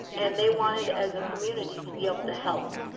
and they wanted as a community to be able to help.